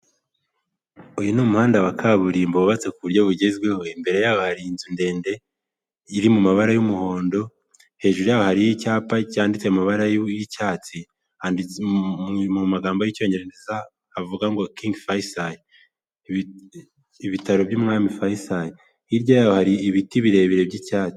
Uyu ni umuhanda wa kaburimbo wubatse ku buryo bugezweho, imbere yaba hari inzu ndende iri mu mabara y'umuhondo, hejuru yaho hari icyapa cyanditse amabara y'icyatsi, mu magambo y'icyongereza havuga ngo King Faisal, ibitaro by'umwami fayisali, hirya yaho hari ibiti birebire by'icyatsi.